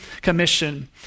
Commission